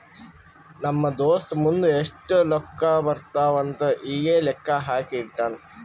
ನಮ್ ದೋಸ್ತ ಮುಂದ್ ಎಷ್ಟ ರೊಕ್ಕಾ ಬರ್ತಾವ್ ಅಂತ್ ಈಗೆ ಲೆಕ್ಕಾ ಹಾಕಿ ಇಟ್ಟಾನ್